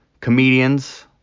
comedians